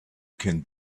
can